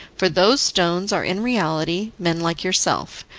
for those stones are in reality men like yourself,